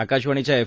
आकाशवाणीच्या एफ